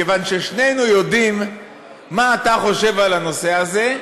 כיוון ששנינו יודעים מה אתה חושב בנושא הזה,